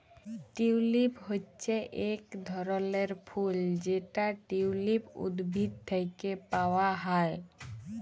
tulip হচ্যে এক ধরলের ফুল যেটা টিউলিপ উদ্ভিদ থেক্যে পাওয়া হ্যয়